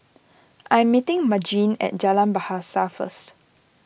I am meeting Margene at Jalan Bahasa first